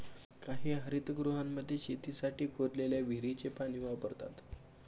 काही हरितगृहांमध्ये शेतीसाठी खोदलेल्या विहिरीचे पाणी वापरतात